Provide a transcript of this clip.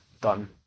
done